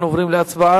אנחנו עוברים להצבעה.